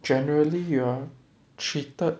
generally you're treated